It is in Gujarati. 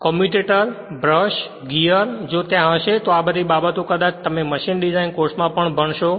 કમ્યુટેટર બ્રશ ગિઅર જો ત્યાં હશે તો આ બધી બાબતો કદાચ તમે મશીન ડિઝાઇન કોર્સમાં પણ ભણશો